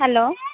hello